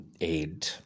aid